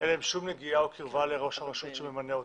אין להם שום נגיעה או קרבה לראש הרשות שממנה אותם.